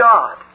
God